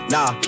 Nah